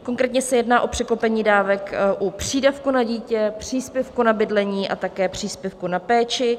Konkrétně se jedná o překlopení dávek u přídavku na dítě, příspěvku na bydlení a také příspěvku na péči.